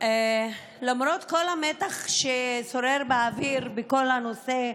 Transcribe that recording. למרות כל המתח ששורר באוויר בכל הנושא,